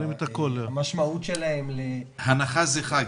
שהמשמעות שלהם --- הנחה זה חג.